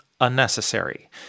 unnecessary